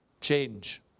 change